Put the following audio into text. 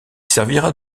servira